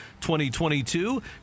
2022